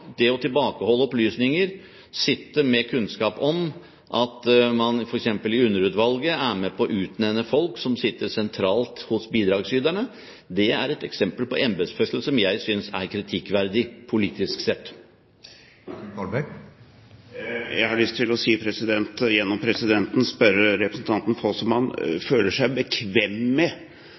det å tilbakeholde opplysninger, sitte med kunnskap om at man f.eks. i underutvalget er med på å utnevne folk som sitter sentralt hos bidragsyterne, er et eksempel på embetsførsel som jeg synes er kritikkverdig politisk sett. Jeg har lyst til gjennom presidenten å spørre representanten Foss om han føler seg bekvem med